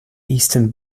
eastern